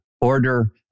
order